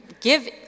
give